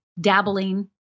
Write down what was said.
dabbling